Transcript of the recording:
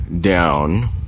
down